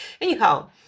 anyhow